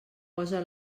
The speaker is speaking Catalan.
posa